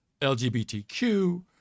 LGBTQ